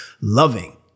loving